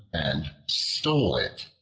and stole it.